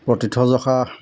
প্ৰথিতযশা